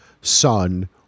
son